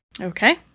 Okay